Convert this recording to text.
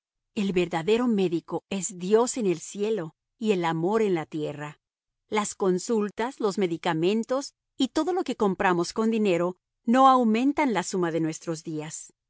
el verdadero médico es dios en el cielo y el amor en la tierra las consultas los medicamentos y todo lo que compramos con dinero no aumentan la suma de nuestros días